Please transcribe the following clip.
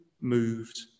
moved